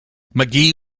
magee